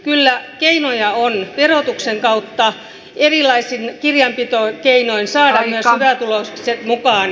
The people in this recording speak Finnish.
kyllä keinoja on verotuksen kautta erilaisin kirjanpitokeinoin saada myös hyvätuloiset mukaan